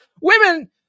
Women